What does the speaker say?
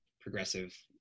progressive